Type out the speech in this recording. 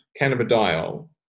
cannabidiol